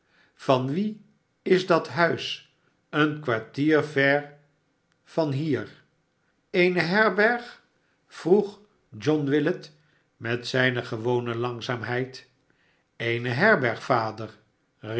van wien is dat huis een kwartier ver van hier eene herberg f vroeg john willet met zijne gewone langzaamheid eene herberg vader